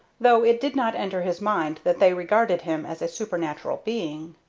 though it did not enter his mind that they regarded him as a supernatural being.